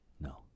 No